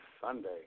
Sunday